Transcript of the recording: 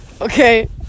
Okay